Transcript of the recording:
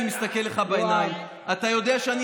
אני מסתכל לך בעיניים: אתה יודע שאני